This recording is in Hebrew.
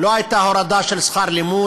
שכר לימוד לא, לא הייתה הורדה של שכר לימוד.